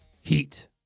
Heat